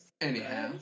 anyhow